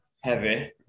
heavy